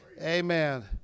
Amen